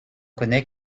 connais